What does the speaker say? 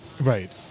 Right